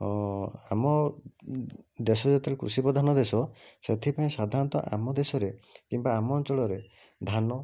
ଆମ ଦେଶ ଯେତେବେଳେ କୃଷି ପ୍ରଧାନ ଦେଶ ସେଥିପାଇଁ ସାଧାରଣତଃ ଆମ ଦେଶରେ କିମ୍ବା ଆମ ଅଞ୍ଚଳରେ ଧାନ